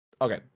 okay